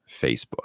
Facebook